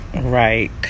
right